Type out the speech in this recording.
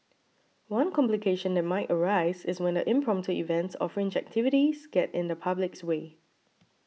one complication that might arise is when the impromptu events or fringe activities get in the public's way